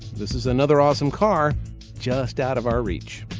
this is another awesome car just out of our reach.